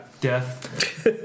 death